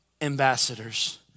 ambassadors